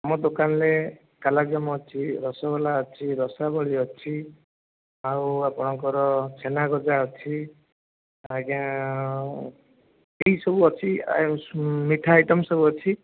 ଆମ ଦୋକାନରେ କାଲାଯାମ ଅଛି ରସଗୋଲା ଅଛି ରସାବଳୀ ଅଛି ଆଉ ଆପଣଙ୍କର ଛେନାଗଜା ଅଛି ଆଜ୍ଞା ଏହିସବୁ ଅଛି ମିଠା ଆଇଟମ୍ ସବୁ ଅଛି